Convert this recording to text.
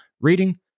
reading